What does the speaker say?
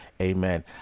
amen